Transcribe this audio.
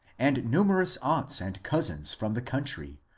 and numerous aunts and cousins from the country,